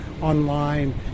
online